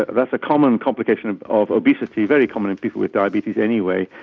that's a common complication of of obesity, very common in people with diabetes anyway,